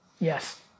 Yes